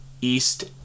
East